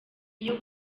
iyo